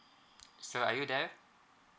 sir are you there